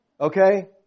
Okay